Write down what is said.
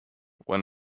were